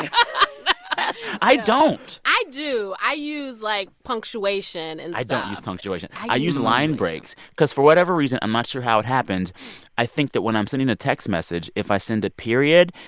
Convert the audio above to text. i i don't i do. i use, like, punctuation and stuff i don't use punctuation i use line breaks cause for whatever reason i'm not sure how it happened i think that when i'm sending a text message, if i send a period,